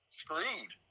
screwed